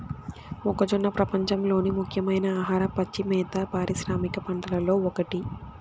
మొక్కజొన్న ప్రపంచంలోని ముఖ్యమైన ఆహార, పచ్చి మేత పారిశ్రామిక పంటలలో ఒకటి